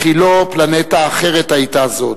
וכי לא "פלנטה אחרת" היתה זאת,